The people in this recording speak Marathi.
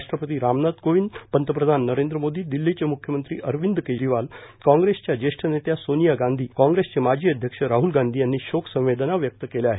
रा ट्रफ्ती रामनाय कोविंद पंतप्रधान नरेद्र मोदी दिल्लीचे मुख्यमंत्री अरविंद केजरीवाल कॉप्रेसध्या ज्ये ठ नेत्या सोनिया गांधी कॉप्रेसचे माजी अष्यक्ष राहुल गांधी यांनी गोकसंवेदना व्यक्त केल्या आहेत